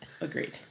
Agreed